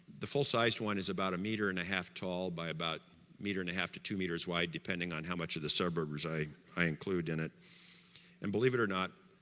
the full size one is about a metre and a half tall by about a metre and half to two metres wide depending on how much of the suburbs i i include in it and believe it or not,